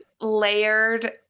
layered